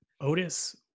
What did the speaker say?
Otis